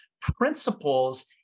Principles